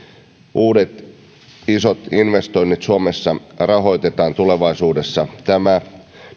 uudet isot investoinnit suomessa rahoitetaan tulevaisuudessa tämä